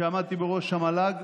כשעמדתי בראש המל"ג,